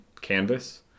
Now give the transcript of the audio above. canvas